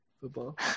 football